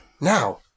now